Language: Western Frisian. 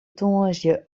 tongersdei